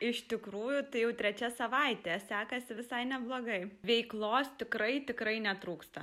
iš tikrųjų tai jau trečia savaitė sekasi visai neblogai veiklos tikrai tikrai netrūksta